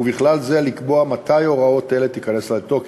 ובכלל זה לקבוע מתי הוראות אלה תיכנסנה לתוקף.